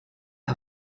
her